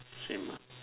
same lah